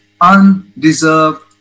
undeserved